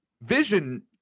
Vision